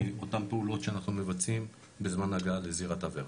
מאותן פעולות שאנחנו מבצעים בזמן הגעה לזירת עבירה.